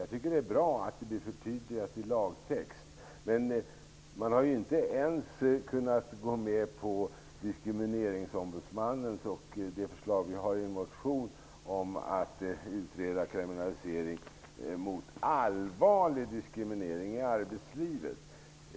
Jag tycker att det är bra att detta blir förtydligat i lagtext, men man har inte ens kunnat gå med på förslaget från Diskrimineringsombudsmannen och från oss i en motion om att man skall utreda kriminalisering av allvarlig diskriminering i arbetslivet.